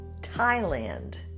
Thailand